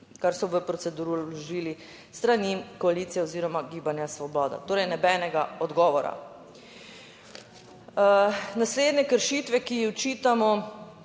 kar so v proceduro vložili s strani koalicije oziroma Gibanja svoboda. Torej, nobenega odgovora. Naslednje kršitve, ki jih očitamo,